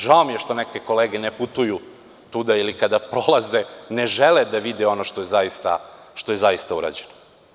Žao mi je što neke kolege ne putuju tuda ili kada prolaze ne žele da vide ono što je zaista urađeno.